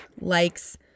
likes